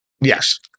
yes